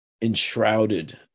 enshrouded